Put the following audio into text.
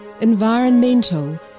Environmental